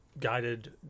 guided